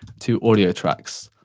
two audio tracks.